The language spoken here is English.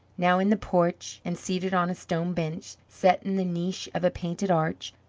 now, in the porch and seated on a stone bench set in the niche of a painted arch,